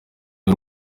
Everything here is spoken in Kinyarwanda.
y’u